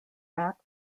act